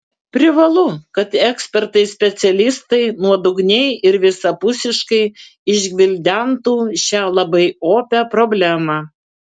privalu kad ekspertai specialistai nuodugniai ir visapusiškai išgvildentų šią labai opią problemą